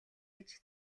гэж